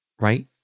Right